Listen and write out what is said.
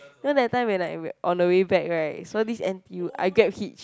you know that time when I on the way back right so this N_T_U I Grab Hitch